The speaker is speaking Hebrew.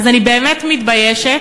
אז אני באמת מתביישת,